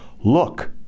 Look